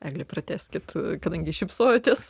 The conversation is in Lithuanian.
eglei pratęskit kadangi šypsojotės